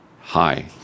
hi